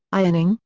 ironing,